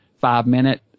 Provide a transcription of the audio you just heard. five-minute